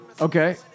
Okay